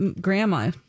Grandma